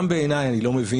גם בעיניי אני לא מבין